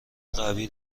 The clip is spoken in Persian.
قوی